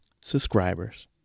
subscribers